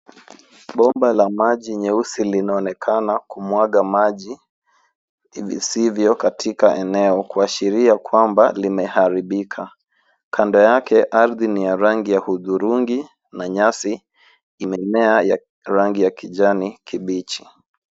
Bomba la maji nyeusi linaonekana kumwaga maji visivyo katika eneo kuashiria kwamba limeharibika. Kando yake ardhi ni ya rangi ya hudhurungi na nyasi imemea rangi ya kijani kibichi .